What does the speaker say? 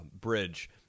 bridge